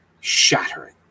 shattering